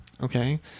Okay